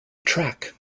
track